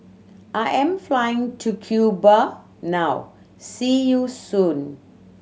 I am flying to Cuba now see you soon